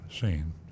seen